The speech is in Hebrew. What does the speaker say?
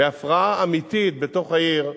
בהפרעה אמיתית בתוך העיר,